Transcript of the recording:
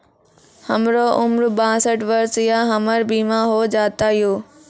हमर उम्र बासठ वर्ष या हमर बीमा हो जाता यो?